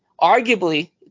arguably